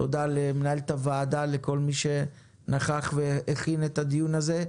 תודה למנהלת הוועדה ולכל מי שנכח והכין את הדיון הזה.